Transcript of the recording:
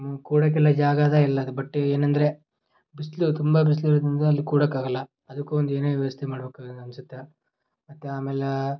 ಕೂಡೋಕ್ಕೆಲ್ಲ ಜಾಗ ಅದ ಎಲ್ಲ ಅದ ಬಟ್ ಏನಂದರೆ ಬಿಸಿಲು ತುಂಬ ಬಿಸಿಲು ಇರೋದ್ರಿಂದ ಅಲ್ಲಿ ಕೂಡೋಕ್ಕಾಗಲ್ಲ ಅದಕ್ಕೂ ಒಂದು ಏನೇ ವ್ಯವಸ್ಥೆ ಮಾಡಬೇಕು ಅನಿಸುತ್ತೆ ಮತ್ತು ಆಮೇಲೆ